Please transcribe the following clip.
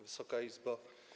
Wysoka Izbo!